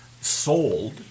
sold